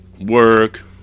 work